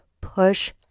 push